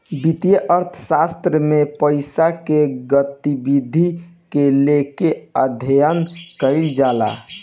वित्तीय अर्थशास्त्र में पईसा के गतिविधि के लेके अध्ययन कईल जाला